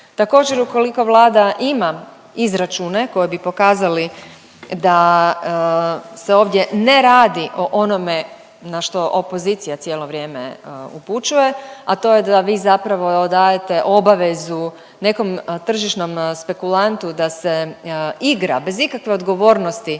Također ukoliko Vlada ima izračune koji bi pokazali da se ovdje ne radi o onome na što opozicija cijelo vrijeme upućuje, a to je da vi zapravo dajete obavezu nekom tržišnom spekulantu da se igra bez ikakve odgovornosti